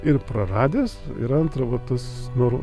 ir praradęs ir antra va tas nor